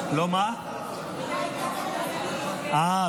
בקריאה הטרומית ותעבור לוועדה לביטחון